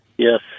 Yes